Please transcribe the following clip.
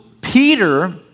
Peter